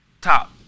Top